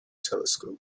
telescope